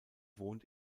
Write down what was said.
wohnt